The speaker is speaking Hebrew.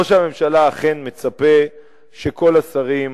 ראש הממשלה אכן מצפה שכל השרים